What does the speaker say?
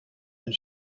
and